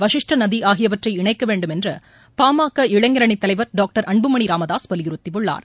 வஷிஷ்ட நதிஆகியவற்றை இணைக்கவேண்டும் என்றுபாமக இளைஞர் அணித் தலைவர் டாக்டர் அன்புமணிராமதாஸ் வலியுறுத்தியுள்ளார்